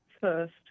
first